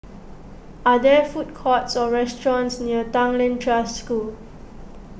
are there food courts or restaurants near Tanglin Trust School